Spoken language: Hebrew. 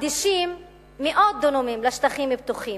מקדישים מאות דונמים לשטחים פתוחים,